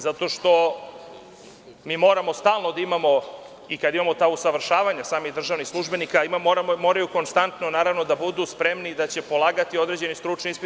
Zato što mi moramo stalno da imamo i kada imamo ta usavršavanja samih državnih službenika, moraju konstantno da budu spremni da će polagati određeni stručni ispit.